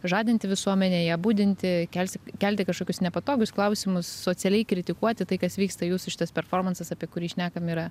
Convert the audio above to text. žadinti visuomenę ją budinti kelsi kelti kažkokius nepatogius klausimus socialiai kritikuoti tai kas vyksta jūsų šitas performansas apie kurį šnekam yra